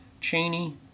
Cheney